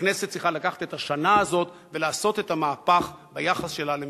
הכנסת צריכה לקחת את השנה הזאת ולעשות את המהפך הזה ביחס שלה למילואים.